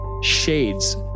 shades